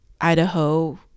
idaho